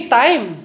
time